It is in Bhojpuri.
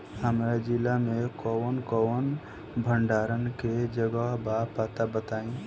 हमरा जिला मे कवन कवन भंडारन के जगहबा पता बताईं?